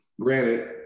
granted